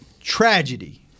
tragedy